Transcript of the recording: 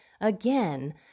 again